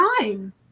time